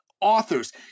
authors